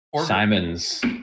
simon's